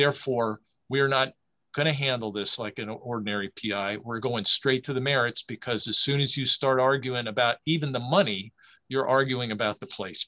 therefore we're not going to handle this like an ordinary p i we're going straight to the merits because as soon as you start arguing about even the money you're arguing about the